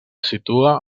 situa